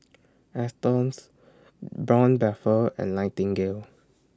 Astons Braun Buffel and Nightingale